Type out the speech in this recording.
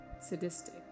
Sadistic